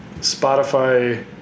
spotify